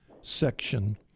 section